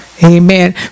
Amen